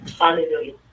Hallelujah